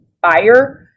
buyer